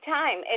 time